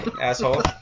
asshole